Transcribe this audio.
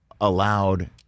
allowed